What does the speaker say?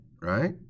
right